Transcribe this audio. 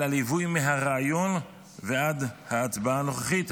על הליווי מהרעיון ועד ההצבעה הנוכחית,